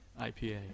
IPA